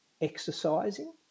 exercising